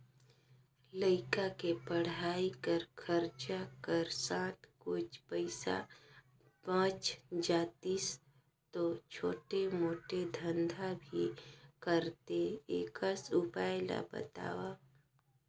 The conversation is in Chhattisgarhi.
लइका के पढ़ाई कर खरचा कर साथ कुछ पईसा बाच जातिस तो छोटे मोटे धंधा भी करते एकस उपाय ला बताव?